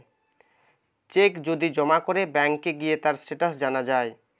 check যদি জমা করে ব্যাংকে গিয়ে তার স্টেটাস জানা যায়